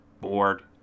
bored